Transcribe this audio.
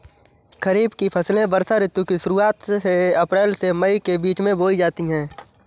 खरीफ की फसलें वर्षा ऋतु की शुरुआत में अप्रैल से मई के बीच बोई जाती हैं